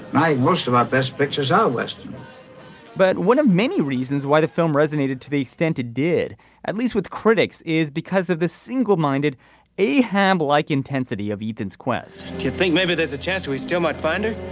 most of our best pictures are western but one of many reasons why the film resonated to the extent it did at least with critics is because of the single minded ahab like intensity of ethan's quest. you think maybe there's a chance we still might find it.